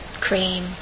cream